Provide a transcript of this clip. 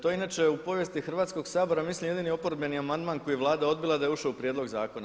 To je inače u povijesti Hrvatskog sabora mislim jedini oporbeni amandman koji je Vlada odbila da je ušao u prijedlog zakona.